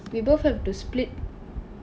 we both have to split